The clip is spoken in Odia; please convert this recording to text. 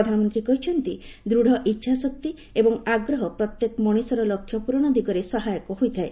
ପ୍ରଧାନମନ୍ତ୍ରୀ କହିଛନ୍ତି ଦୂତ୍ ଇଚ୍ଛାଶକ୍ତି ଏବଂ ଆଗ୍ରହ ପ୍ରତ୍ୟେକ ମଣିଷର ଲକ୍ଷ୍ୟ ପ୍ରରଣ ଦିଗରେ ସହାୟକ ହୋଇଥାଏ